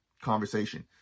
conversation